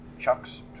chucks